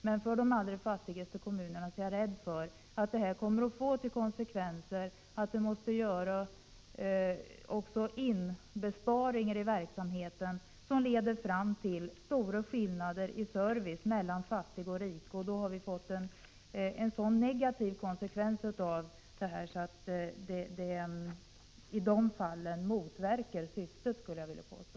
Men jag är rädd för att det för de allra fattigaste kommunerna kommer att få till konsekvens att dessa måste göra insparingar i sin verksamhet, som leder till stora skillnader i service mellan fattiga och rika kommuner. Då har vi fått en så negativ konsekvens att jag skulle vilja påstå att åtgärden i de fallen motverkar syftet.